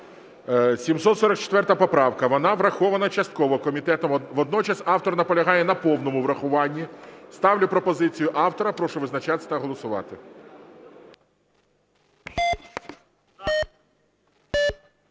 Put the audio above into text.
744 поправка, вона врахована частково комітетом, водночас автор наполягає на повному врахуванні. Ставлю пропозицію автора, прошу визначатись та голосувати.